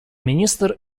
министр